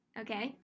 Okay